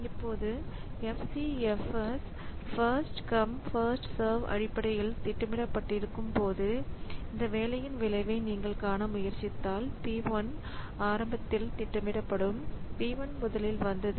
இப்போது FCFS first come first serve அடிப்படையில் திட்டமிடப்பட்டிருக்கும் போது இந்த வேலையின் விளைவை நீங்கள் காண முயற்சித்தால் P 1 ஆரம்பத்தில் திட்டமிடப்படும் P 1 முதலில் வந்தது